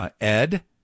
Ed